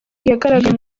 yagaragaye